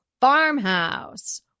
farmhouse